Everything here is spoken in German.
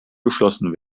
geschlossen